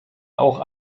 auch